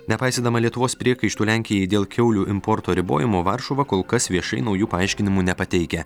nepaisydama lietuvos priekaištų lenkijai dėl kiaulių importo ribojimo varšuva kol kas viešai naujų paaiškinimų nepateikia